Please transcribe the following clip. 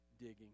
digging